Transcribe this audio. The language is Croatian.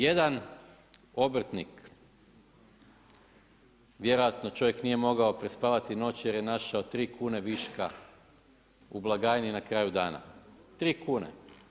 Jedan obrtnik vjerojatno čovjek nije mogao prespavati noć jer je našao 3 kn viška u blagajni na kraju dana, 3 kn.